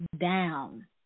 down